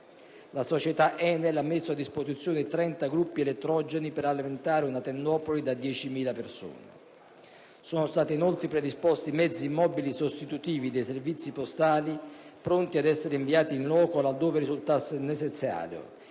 La società ENEL ha messo a disposizione 30 gruppi elettrogeni per alimentare una tendopoli da 10.000 persone. Sono stati, inoltre, predisposti mezzi mobili sostitutivi dei servizi postali pronti ad essere inviati *in loco* laddove risultasse necessario,